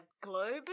globe